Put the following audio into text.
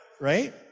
right